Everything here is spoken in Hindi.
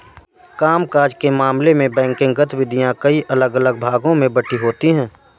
काम काज के मामले में बैंकिंग गतिविधियां कई अलग अलग भागों में बंटी होती हैं